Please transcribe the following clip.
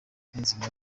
niyonzima